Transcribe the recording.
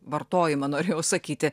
vartojimą norėjau sakyti